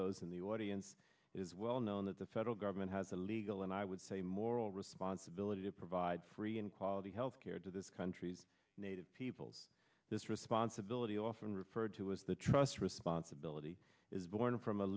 those in the audience is well known that the federal government has a legal and i would say moral responsibility to provide free and quality health care to this country's native peoples this responsibility often referred to as the trust responsibility is born from a